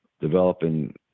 developing